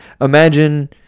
imagine